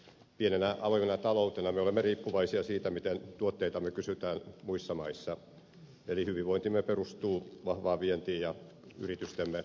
pienenä avoimena taloutena me olemme riippuvaisia siitä miten tuotteitamme kysytään muissa maissa eli hyvinvointimme perustuu vahvaan vientiin ja yritystemme kilpailukykyyn